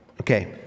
okay